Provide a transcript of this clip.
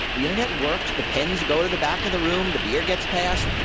the internet works. the pens go to the back of the room, the beer gets passed,